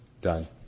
done